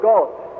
God